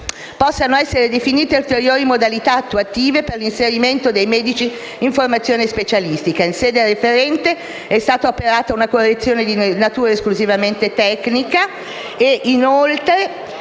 possano essere definite ulteriori modalità attuative per l'inserimento dei medici in formazione specialistica. In sede referente, è stata operata una correzione di natura esclusivamente tecnica. La novella